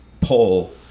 pull